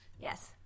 Yes